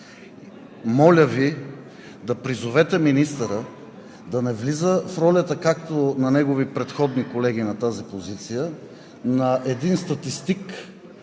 моля Ви да призовете министъра да не влиза в ролята, както негови предходни колеги на тази позиция, на един статистик